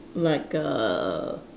like err